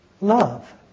love